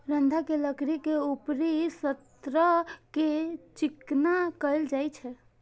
रंदा सं लकड़ी के ऊपरी सतह कें चिकना कैल जाइ छै